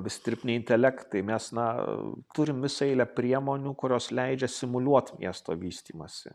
visi dirbtiniai intelektai mes na turim visą eilę priemonių kurios leidžia simuliuot miesto vystymąsi